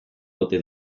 ote